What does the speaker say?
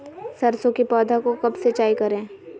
सरसों की पौधा को कब सिंचाई करे?